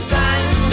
time